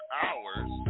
hours